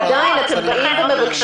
כל מדינת ישראל במגבלות